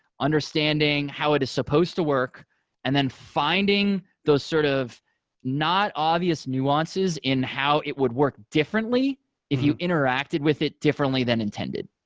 understanding how it is supposed to work and then finding those sort of not obvious nuances in how it would work differently if you interacted with it differently than intended.